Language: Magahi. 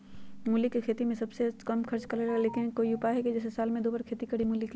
मूली के खेती में सबसे कम खर्च लगेला लेकिन कोई उपाय है कि जेसे साल में दो बार खेती करी मूली के?